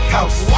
House